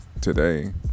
today